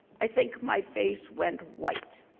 i think my face went white,